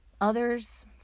Others